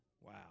Wow